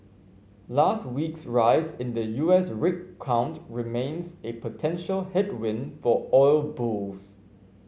last week's rise in the U S rig count remains a potential headwind for oil bulls